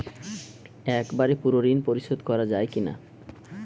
একবারে পুরো ঋণ পরিশোধ করা যায় কি না?